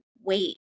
wait